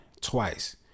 twice